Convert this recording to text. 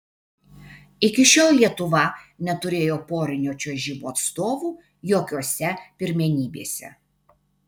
iki šiol lietuva neturėjo porinio čiuožimo atstovų jokiose pirmenybėse